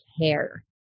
care